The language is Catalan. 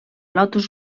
lotus